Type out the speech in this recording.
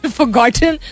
forgotten